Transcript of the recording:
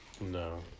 No